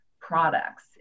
products